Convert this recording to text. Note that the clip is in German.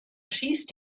schießt